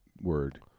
word